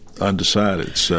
Undecided